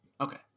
Okay